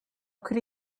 could